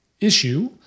issue